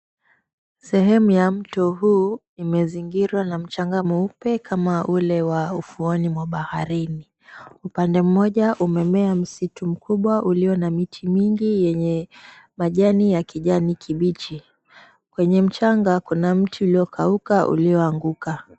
Sehemu ya mto huu imezingirwa na mchanga mweupe kama ule wa ufuoni mwa baharini. Upande mmoja umemea msitu mkubwa ulio na miti mingi yenye majani ya kijani kibichi. Kwenye mchanga kuna mti uliokauka ulioanguka.